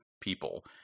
people